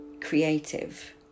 creative